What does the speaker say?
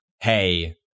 hey